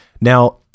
Now